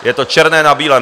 Je to černé na bílém.